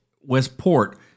Westport